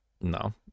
No